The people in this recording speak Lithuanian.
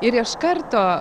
ir iš karto